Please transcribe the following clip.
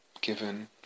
given